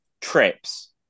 trips